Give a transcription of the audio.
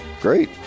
great